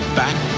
back